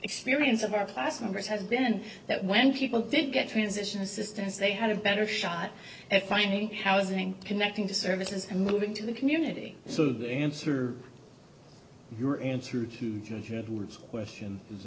experience of our class members has been that when people did get transition assistance they had a better shot at finding housing connecting to services and moving to the community so the answer your answer to